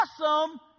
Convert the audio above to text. Awesome